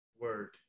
Word